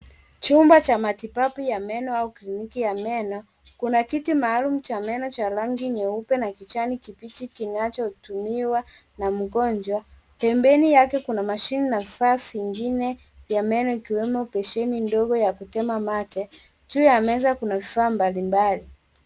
Chumba cha matibabu ya meno au kliniki ya meno. Kuna kiti maalum cha meno cha rangi nyeupe na kijani kibichi kinachotumiwa na mgonjwa. Pembeni yake kuna machine na vifaa vingine vya meno ikiwemo besheni ndogo ya kutema mate. Juu ya meza kuna vifaa mbalimbali.